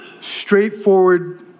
straightforward